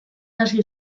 hasi